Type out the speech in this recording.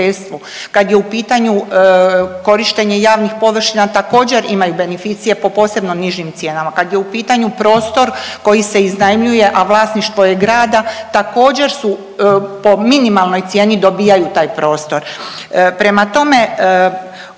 Kad je u pitanju korištenje javnih površina također imaju beneficije po posebno nižim cijenama. Kad je u pitanju prostor koji se iznajmljuje, a vlasništvo je grada također su po minimalnoj cijeni dobijaju taj prostor.